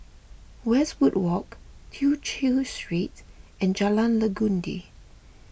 Westwood Walk Tew Chew Street and Jalan Legundi